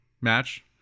match